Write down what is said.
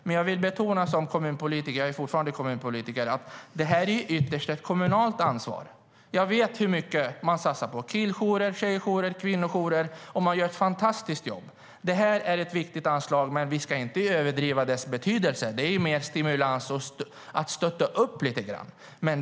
Men jag vill som kommunpolitiker betona - jag är fortfarande kommunpolitiker - att det här ytterst är ett kommunalt ansvar. Jag vet hur mycket man satsar på killjourer, tjejjourer och kvinnojourer, och de gör ett fantastiskt jobb. Det här är ett viktigt anslag, men vi ska inte överdriva dess betydelse. Det är ju mer stimulans och att stötta upp lite grann.